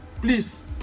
please